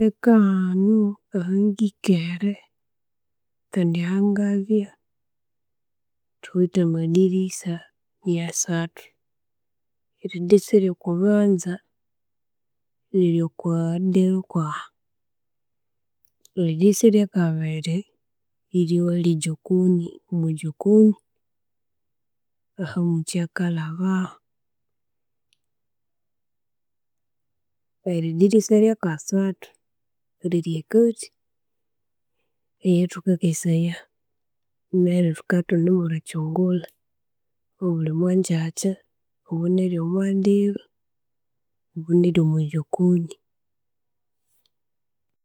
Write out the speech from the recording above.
Eka hanu ahengikere kandi ahangabya, thuwithe amadirisa nia'asaathu; eridirisa eryo kubanza liri okwa diiro kwaha, eridirisa erya kabiiri rirye ahali ejokoni mwa'jokoni aho mukyi akalhabaho, eridirisa erya kasathu lirye ekathi eyethukakeseya, naryu thukabya ithunemulicungula obuli mwanjakya obbo neryo mwadiro obwo neryo mu'jokoni.